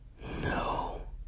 no